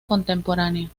contemporánea